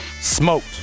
smoked